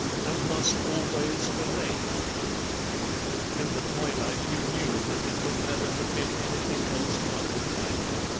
and must always remain afternoon in the twilight you knew that it could never have been anything else but twilight.